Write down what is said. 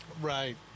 Right